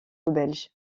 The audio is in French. belge